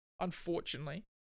unfortunately